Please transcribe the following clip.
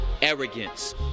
Arrogance